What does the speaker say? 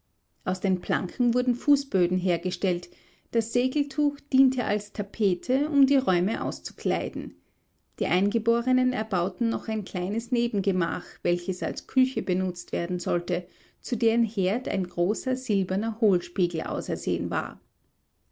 aus den planken wurden fußböden hergestellt das segeltuch diente als tapete um die räume auszukleiden die eingeborenen erbauten noch ein kleines nebengemach welches als küche benutzt werden sollte zu deren herd ein großer silberner hohlspiegel ausersehen war